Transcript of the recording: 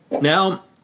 now